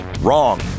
wrong